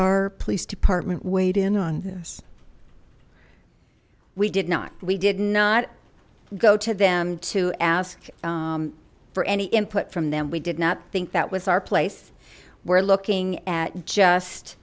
our police department weighed in on this we did not we did not go to them to ask for any input from them we did not think that was our place we're looking at just